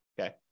Okay